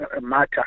matter